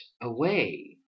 away